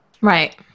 Right